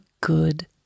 good